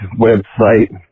website